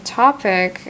topic